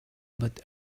but